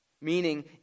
Meaning